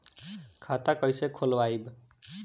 खाता कईसे खोलबाइ?